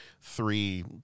three